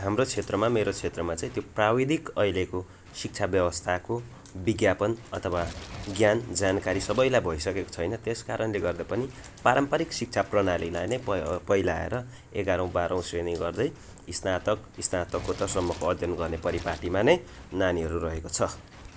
हाम्रो क्षेत्रमा मेरो क्षेत्रमा चाहिँ त्यो प्रविधिक अहिलेको शिक्षा व्यवस्थाको विज्ञापन अथवा ज्ञान जानकारी सबैलाई भइसकेको छैन त्यसकारणले गर्दा पनि पारम्परिक शिक्षा प्रणालीलाई नै पै पैलाएर एघारौँ बाह्रौँ श्रेणी गर्दै स्नातक स्नातकोत्तरसम्म अध्ययन गर्ने परिपाटीमा नै नानीहरू रहेको छ